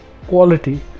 quality